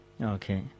Okay